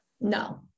No